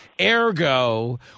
Ergo